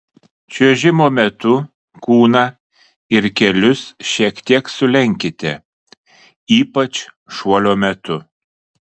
čiuožimo metu kūną ir kelius šiek tiek sulenkite ypač šuolio metu